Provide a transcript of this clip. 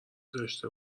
داشته